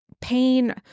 pain